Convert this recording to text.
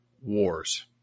wars